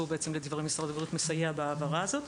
ולדברי משרד הבריאות הוא מסייע בהעברה הזאת,